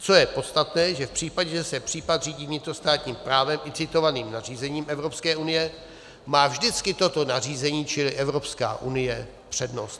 A co je podstatné, že v případě, že se případ řídí vnitrostátním právem i citovaným nařízením EU, má vždycky toto nařízení, čili Evropská unie, přednost.